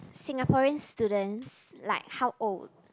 Singaporean students like how old